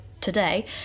today